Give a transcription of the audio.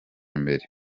imbere